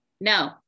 No